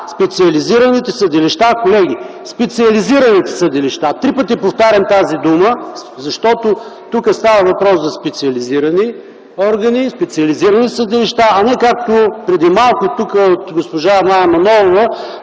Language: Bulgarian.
Специализираните съдилища, колеги, специализираните съдилища! Три пъти повтарям тази дума, защото тук става въпрос за специализирани органи, специализирани съдилища, а не, както преди малко тук, от госпожа Мая Манолова,